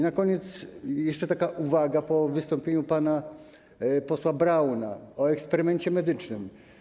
Na koniec jeszcze taka uwaga po wystąpieniu pana posła Brauna o eksperymencie medycznym.